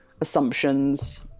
assumptions